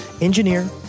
engineer